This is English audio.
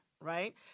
right